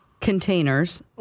containers